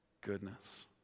goodness